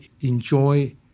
enjoy